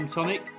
Tonic